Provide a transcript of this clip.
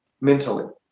mentally